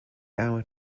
hour